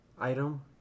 item